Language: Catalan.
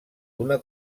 una